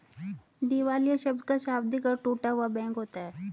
दिवालिया शब्द का शाब्दिक अर्थ टूटा हुआ बैंक होता है